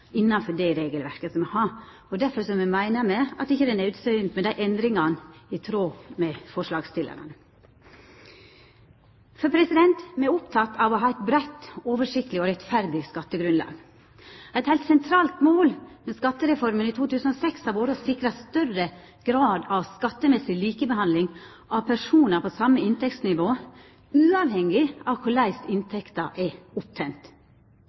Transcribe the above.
innanfor det regelverket som me har. Difor meiner me at det ikkje er naudsynt med endringar i tråd med forslaget frå forslagsstillarane. Me er opptekne av å ha eit breitt, oversiktleg og rettferdig skattegrunnlag. Eit heilt sentralt mål med skattereforma i 2006 har vore å sikra større grad av skattemessig likebehandling av personar på same inntektsnivå, uavhengig av korleis inntekta er opptent.